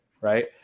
Right